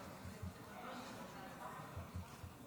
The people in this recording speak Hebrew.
תראו למה הבאתם את משפחות החטופים והמשפחות השכולות.